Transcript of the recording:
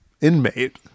inmate